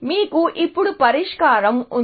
మీకు ఇప్పుడు పరిష్కారం ఉంది